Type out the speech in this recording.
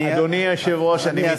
אני, אדוני היושב-ראש, אני מתנצל.